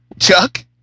Chuck